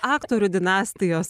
aktorių dinastijos